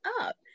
up